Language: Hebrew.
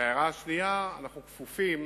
וההערה השנייה: אנחנו כפופים